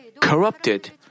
corrupted